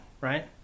right